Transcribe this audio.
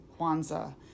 Kwanzaa